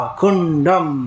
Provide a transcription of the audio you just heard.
kundam